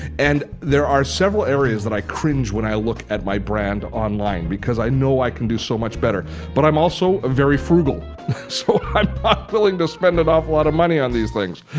and there are several areas that i cringe when i look at my brand online because i know i can do so much better but i'm also very frugal so i'm not willing to spend an awful lot of money on these things.